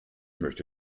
möchte